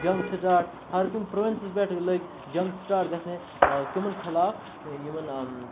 جنٛگ سٹاٹ ہَرکُنہِ پرٛووِنسَس پٮ۪ٹھ لٔگۍ جنٛگ سٹاٹ گژھنہِ کِمَن خلاف یِمَن